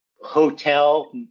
hotel